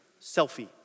Selfie